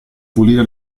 pulire